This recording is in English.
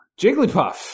Jigglypuff